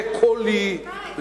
בקולי,